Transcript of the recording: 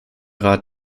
rat